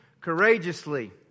courageously